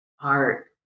art